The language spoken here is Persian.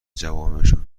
جوامعشان